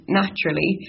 naturally